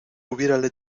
hubiérale